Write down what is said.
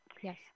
Yes